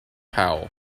powell